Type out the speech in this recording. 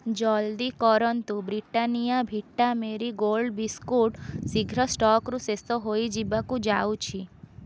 ଜଲ୍ଦି କରନ୍ତୁ Britannia Vita Marie gold biscuit ଶୀଘ୍ର ଷ୍ଟକ୍ରୁ ଶେଷ ହୋଇଯିବାକୁ ଯାଉଛି